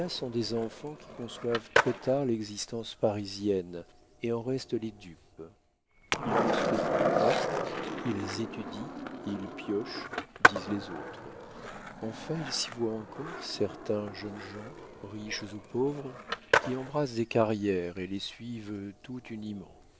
sont des enfants qui conçoivent très-tard l'existence parisienne et en restent les dupes ils ne spéculent pas ils étudient ils piochent disent les autres enfin il s'y voit encore certains jeunes gens riches ou pauvres qui embrassent des carrières et les suivent tout uniment